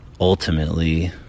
ultimately